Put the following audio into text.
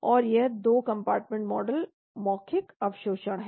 और यह 2 compartment model मौखिक अवशोषण है